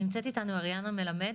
נמצאת איתנו איתנו אריאנה מלמד,